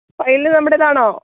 file നമ്മുടേതാണോ